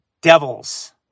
devils